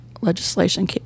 legislation